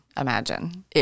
imagine